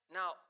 now